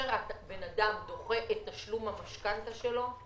שכאשר הבן אדם דוחה את תשלום המשכנתה שלו,